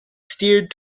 steered